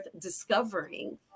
discovering